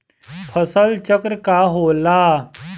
फसल चक्र का होला?